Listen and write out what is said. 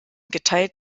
geteilt